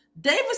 davis